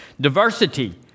diversity